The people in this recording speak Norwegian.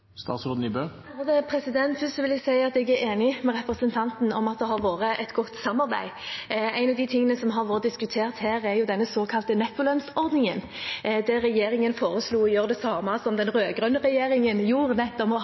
Først vil jeg si at jeg er enig med representanten i at det har vært et godt samarbeid. En av tingene som har vært diskutert her, er den såkalte nettolønnsordningen, der regjeringen foreslo å gjøre det samme som den rødgrønne regjeringen gjorde, nettopp å